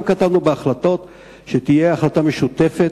שתהיה ועדה משותפת,